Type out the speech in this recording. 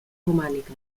romànica